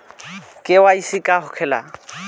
KYC का होखेला?